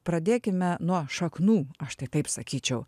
pradėkime nuo šaknų aš tai taip sakyčiau